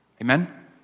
Amen